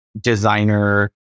designer